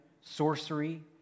sorcery